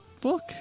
book